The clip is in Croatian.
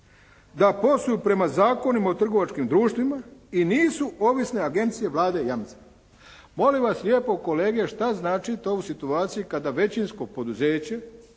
da posluju prema Zakonima o trgovačkim društvima i nisu ovisne agencije, Vlade i jamca." Molim vas lijepo kolege šta znači to u situaciji kada većinsko poduzeće,